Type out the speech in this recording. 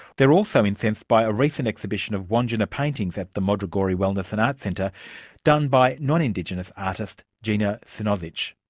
they're also incensed by a recent exhibition of wandjina paintings at the modrogorya wellness and art centre done by non-indigenous artist, gina sinozich.